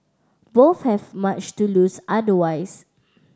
both have much to lose otherwise